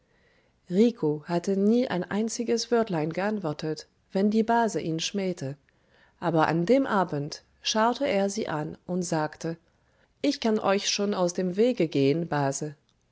hatte nie ein einziges wörtlein geantwortet wenn die base ihn schmähte aber an dem abend schaute er sie an und sagte ich kann euch schon aus dem wege gehen base